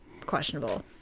Questionable